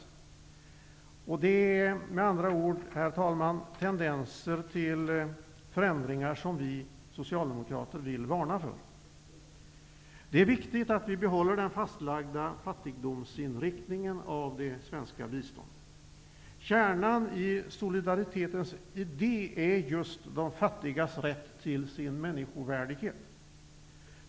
Herr talman! Det finns med andra ord tendenser till förändringar som vi socialdemokrater vill varna för. Det är viktigt att vi behåller den fastlagda fattigdomsinriktningen i det svenska biståndet. Kärnan i solidaritetens idé är just de fattigas rätt till människovärdighet.